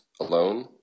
alone